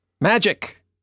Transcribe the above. Magic